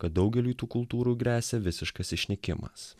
kad daugeliui tų kultūrų gresia visiškas išnykimas